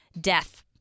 Death